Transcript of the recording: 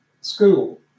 school